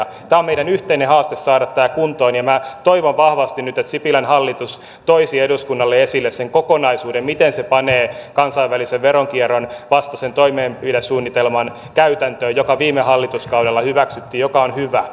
tämä on meidän yhteinen haasteemme saada tämä kuntoon ja minä toivon vahvasti nyt että sipilän hallitus toisi eduskunnalle esille sen kokonaisuuden miten se panee käytäntöön kansainvälisen veronkierron vastaisen toimenpidesuunnitelman joka viime hallituskaudella hyväksyttiin joka on hyvä